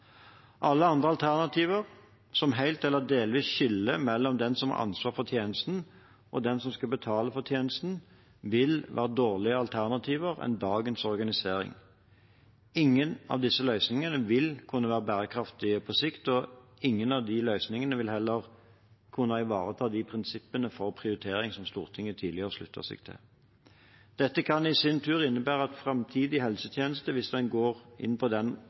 Alle andre alternativer som helt eller delvis skiller mellom den som har ansvaret for tjenesten og den som skal betale for tjenesten, vil være dårligere alternativer enn dagens organisering. Ingen av disse løsningene vil kunne være bærekraftige på sikt, og ingen av de løsningene vil heller kunne ivareta de prinsippene for prioritering som Stortinget tidligere har sluttet seg til. Dette kan i sin tur innebære at den framtidige helsetjenesten, hvis en går i den